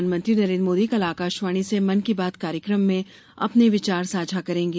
प्रधानमंत्री नरेन्द्र मोदी कल आकाशवाणी से मन की बात कार्यक्रम में अपने विचार साझा करेंगे